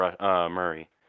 Murray